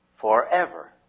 forever